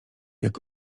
jak